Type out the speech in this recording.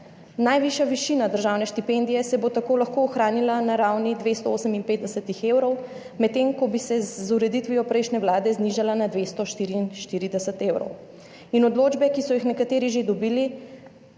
Najvišja višina državne štipendije se bo tako lahko ohranila na ravni 258 evrov, medtem ko bi se z ureditvijo prejšnje vlade znižala na 244 evrov. Odločbe, ki so jih nekateri že dobili,